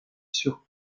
sur